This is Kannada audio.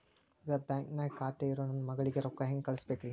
ಇದ ಬ್ಯಾಂಕ್ ನ್ಯಾಗ್ ಖಾತೆ ಇರೋ ನನ್ನ ಮಗಳಿಗೆ ರೊಕ್ಕ ಹೆಂಗ್ ಕಳಸಬೇಕ್ರಿ?